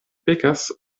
pekas